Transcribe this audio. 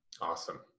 Awesome